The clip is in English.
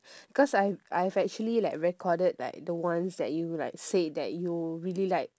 cause I I have like actually like recorded like the ones that you like say that you really like